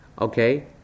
Okay